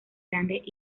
grandes